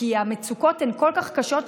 כי המצוקות הן כל כך קשות,